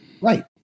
Right